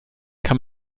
kann